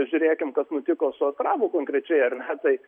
žiūrėkim kas nutiko su astravu konkrečiai ar ne tai